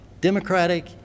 Democratic